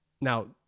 Now